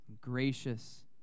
gracious